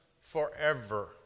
forever